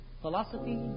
philosophy